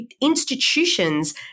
institutions